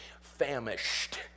famished